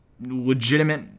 legitimate